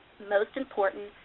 most important,